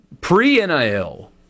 Pre-NIL